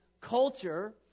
culture